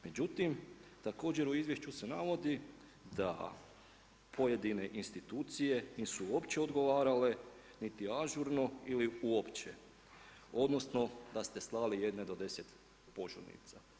Međutim, također u izvješću se navodi da pojedine institucije nisu uopće odgovarale niti ažurno ili uopće, odnosno da ste slali jedne do 10 požurnica.